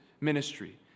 ministry